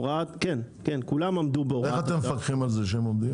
איך אתם מפקחים על זה שהם עומדים?